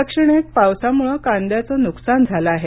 दक्षिणेत पावसामुळे कांद्याचे नुकसान झाले आहे